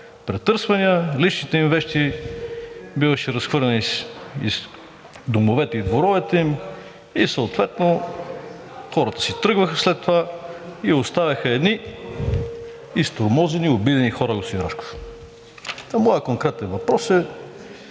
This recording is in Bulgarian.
претърсвания, личните им вещи биваха разхвърляни из домовете и дворовете им и съответно хората си тръгваха след това и оставяха едни изтормозени и обидени хора, господин Рашков. Моят конкретен въпрос е: